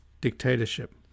dictatorship